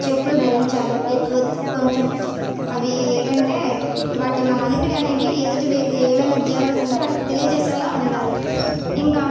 చెప్పులు ధరించాలి ఎత్తు ఒత్తు కొంచెం అవి ఏంటంటే వాటి మన అలికిడి అనేవి ఎదుటి వ్యక్తి ఏవైనా జీవరాశి ఉంటే వాటికి తెలియచేసేలా ఉండాలి ఇంకా